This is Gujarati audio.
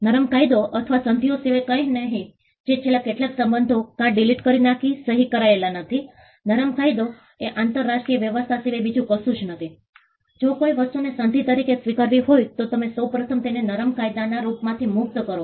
નરમ કાયદો અથવા સંધિઓ સિવાય કંઇ નહીં જે છેલ્લા કેટલાક શબ્દો કા ડિલીટ કરી નાખીને સહી કરેલા નથી નરમ કાયદો એ આંતરરાષ્ટ્રીય વ્યવસ્થા સિવાય બીજું કશું જ નથી જો કોઈ વસ્તુને સંધિ તરીકે સ્વીકારવી હોય તો તમે સૌ પ્રથમ તેને નરમ કાયદાના રૂપમાંથી મુક્ત કરો